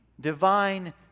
divine